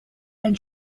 and